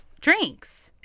drinks